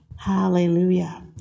Hallelujah